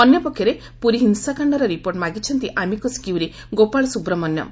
ଅନ୍ୟପକ୍ଷରେ ପୁରୀ ହିଂସାକାଣ୍ଡର ରିପୋର୍ଟ ମାଗିଛନ୍ତି ଆମିକସ୍ କ୍ୟୁରୀ ଗୋପାଳ ସୁବ୍ରମଣ୍ୟମ୍